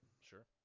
Sure